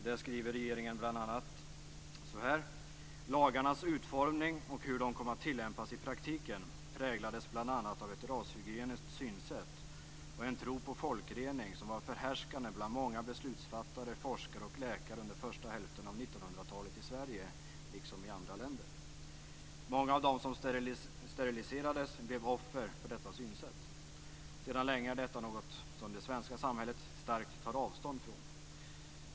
Där skriver regeringen bl.a. så här: "Lagarnas utformning och hur de kom att tillämpas i praktiken präglades bl a av ett rashygieniskt synsätt och en tro på folkrening som var förhärskande bland många beslutsfattare, forskare och läkare under första hälften av 1900-talet i Sverige, liksom i andra länder. Många av dem som steriliserades blev offer för detta synsätt. Sedan länge är detta något som det svenska samhället starkt tar avstånd från.